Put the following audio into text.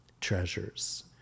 treasures